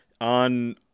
on